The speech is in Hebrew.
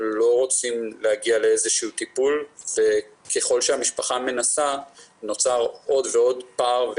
לא רוצים להגיע לאיזשהו טיפול וככל שהמשפחה מנסה נוצר עוד ועוד פער,